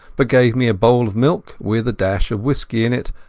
but gave me a bowl of milk with a dash of whisky in it,